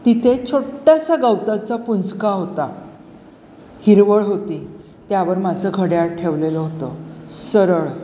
तिथे छोटं असं गवताचा पुंजका होता हिरवळ होती त्यावर माझं घड्याळ ठेवलेलं होतं सरळ